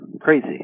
crazy